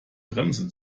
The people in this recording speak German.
bremse